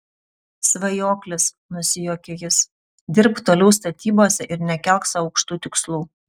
svajoklis nusijuokia jis dirbk toliau statybose ir nekelk sau aukštų tikslų